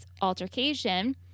altercation